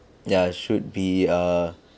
ya should be err